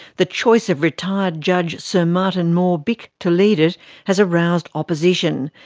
the choice of retired judge sir martin moore-bick to lead it has aroused opposition,